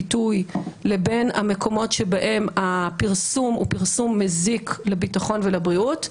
הביטוי לבין המקומות שבהם הפרסום מזיק לביטחון ולבריאות,